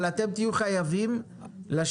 אבל אתם תהיו חייבים לשבת.